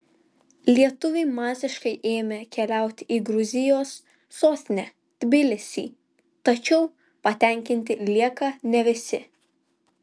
lietuviai masiškai ėmė keliauti į gruzijos sostinę tbilisį tačiau patenkinti lieka ne visi